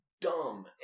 dumb